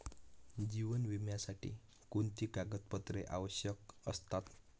जीवन विम्यासाठी कोणती कागदपत्रे आवश्यक असतात?